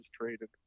traded